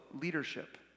leadership